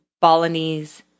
Balinese